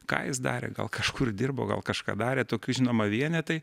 ką jis darė gal kažkur dirbo gal kažką darė tokių žinoma vienetai